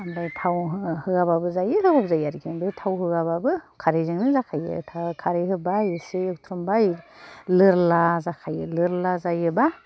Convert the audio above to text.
ओमफाय थाव होयाबाबो जायो होबाबो जायो आरिखि ओमफ्राय थाव होयाबाबो खारैजोंनो जाखायो खारै होबाय एसे एवथ्रमबाय लोरला जाखायो लोरला जायोबा